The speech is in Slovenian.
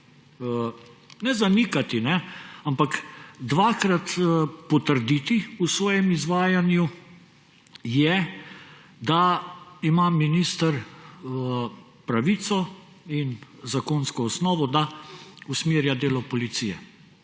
zanikati, ampak dvakrat potrditi v svojem izvajanju, je ta, da ima minister pravico in zakonsko osnovno, da usmerja delo policije.